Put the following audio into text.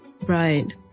right